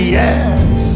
yes